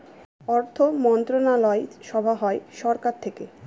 অর্থমন্ত্রণালয় সভা হয় সরকার থেকে